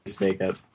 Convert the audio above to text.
makeup